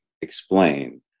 explain